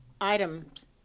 items